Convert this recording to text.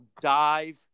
Dive